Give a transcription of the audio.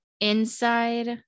inside